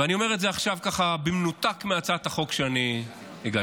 ואני אומר את זה עכשיו במנותק מהצעת החוק שאני הגשתי.